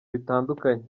bitandukanye